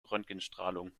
röntgenstrahlung